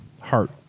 heart